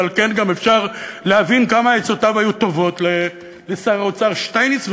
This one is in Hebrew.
ועל כן גם אפשר להבין כמה עצותיו היו טובות לשר האוצר שטייניץ,